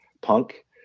punk